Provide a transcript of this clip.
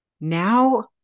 Now